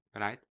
Right